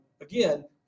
again